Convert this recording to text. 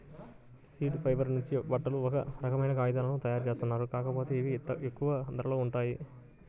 seed fibre నుంచి బట్టలు, ఒక రకమైన కాగితాలను తయ్యారుజేత్తారు, కాకపోతే ఇవి ఎక్కువ ధరలో ఉంటాయి